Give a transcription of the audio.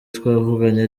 twavuganye